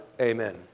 Amen